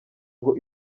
ngo